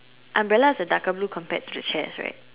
umbrella's a darker blue compared to the chairs right